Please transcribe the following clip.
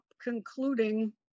concluding